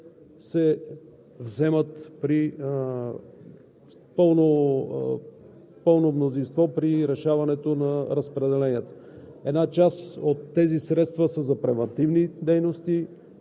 Разпределението на средствата се взема с пълно мнозинство при решаването на разпределението.